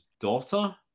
daughter